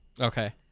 okay